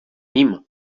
jim